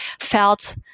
felt